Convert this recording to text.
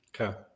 Okay